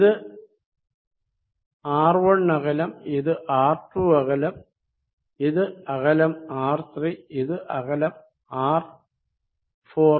ഇത് അകലം r1 ഇത് അകലം r2 ഇത് അകലം r3 ഇത് അകലം r4